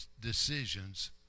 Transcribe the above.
decisions